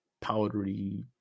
powdery